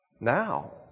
now